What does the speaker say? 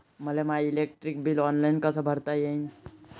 मले माय electric bill online कस भरता येईन?